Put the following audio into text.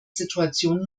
situation